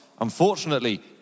Unfortunately